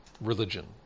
religion